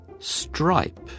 stripe